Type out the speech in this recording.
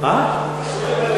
אדוני